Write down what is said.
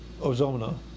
Ozona